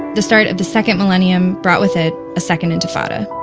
the start of the second millennium brought with it a second intifada